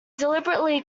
deliberately